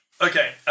Okay